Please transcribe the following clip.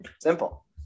Simple